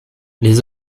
les